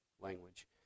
language